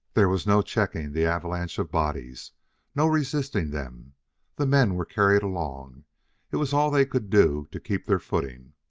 there was no checking the avalanche of bodies no resisting them the men were carried along it was all they could do to keep their footing.